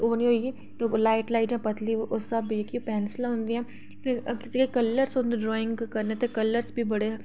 ते light light पतली उस स्हाबै दी जेह्कियां पैंसिलां होंदियां जेह्के कलर्स होंदे ड्राइंग करने दे कलर्स